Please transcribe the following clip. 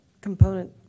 component